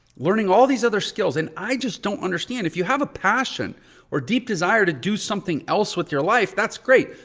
learning all these other skills and i just don't understand. if you have a passion or a deep desire to do something else with your life, that's great.